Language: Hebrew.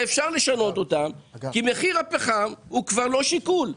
ואפשר לשנות אותם כי מחיר הפחם הוא כבר לא שיקול.